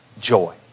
joy